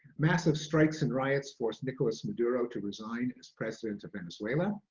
massive strikes and riots force nicolas maduro to resign as president of venezuela.